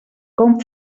com